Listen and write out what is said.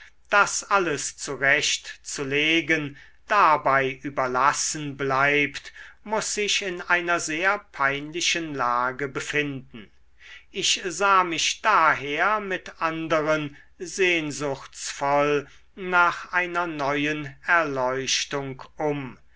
das alles zurecht zu legen dabei überlassen bleibt muß sich in einer sehr peinlichen lage befinden ich sah mich daher mit anderen sehnsuchtsvoll nach einer neuen erleuchtung um